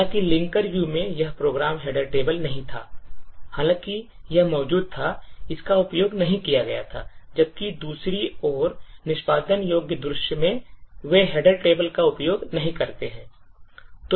हालांकि linker view में यह प्रोग्राम हेडर टेबल नहीं था हालांकि यह मौजूद था इसका उपयोग नहीं किया गया था जबकि दूसरी ओर निष्पादन योग्य दृश्य में वे हेडर टेबल का उपयोग नहीं करते हैं